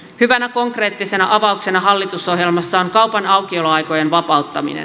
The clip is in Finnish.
hyvänä konkreettisena avauksena hallitusohjelmassa on kaupan aukioloaikojen vapauttaminen